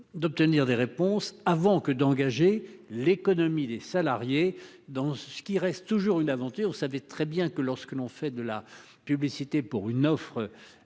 D'obtenir des réponses avant que d'engager l'économie des salariés dans ce qui reste toujours une aventure vous savait très bien que lorsque l'on fait de la publicité pour une offre.